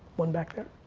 one back there.